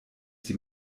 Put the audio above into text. die